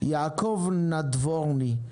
יעקב נדבורני,